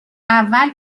اول